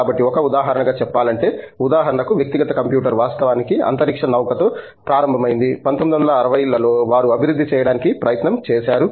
కాబట్టి ఒక ఉదాహరణగా చెప్పాలంటే ఉదాహరణకు వ్యక్తిగత కంప్యూటర్ వాస్తవానికి అంతరిక్ష నౌక తో ప్రారంభమైంది 1960 లలో వారు అభివృద్ధి చేయడానికి ప్రయత్నం చేశారు